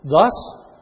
Thus